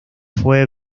fue